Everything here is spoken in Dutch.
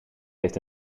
heeft